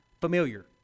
familiar